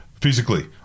physically